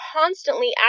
constantly